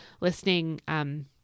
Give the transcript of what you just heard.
listening